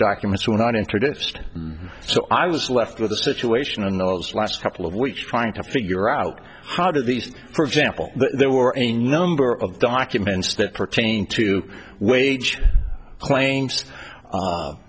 documents were not introduced so i was left with the situation on those last couple of weeks trying to figure out how did these for example there were a number of documents that pertain to wage claims